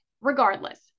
regardless